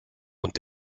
und